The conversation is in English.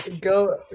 go